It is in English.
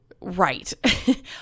right